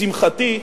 לשמחתי,